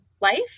life